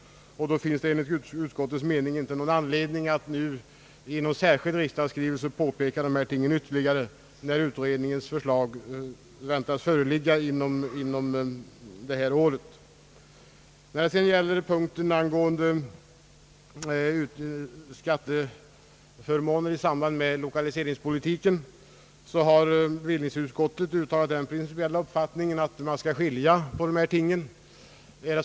Då finns det enligt utskottets mening inte någon anledning att nu i en särskild riksdagsskrivelse ytterligare påpeka dessa krav. När det sedan gäller punkten angå ende skatteförmåner i samband med lokaliseringspolitiken, så har bevill ningsutskottet uttalat den principiella uppfattningen att man skall skilja på dessa ting.